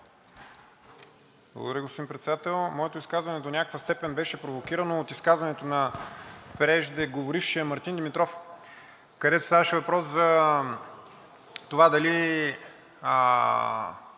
Благодаря, господин Председател. Моето изказване до някаква степен беше провокирано от изказването на преждеговорившия Мартин Димитров, където ставаше въпрос за това дали